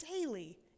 daily